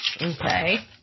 Okay